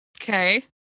Okay